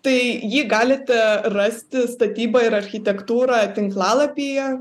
tai jį galite rasti statyba ir architektūra tinklalapyje